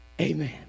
Amen